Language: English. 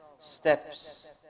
steps